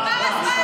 רד, עבר הזמן.